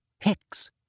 Hex—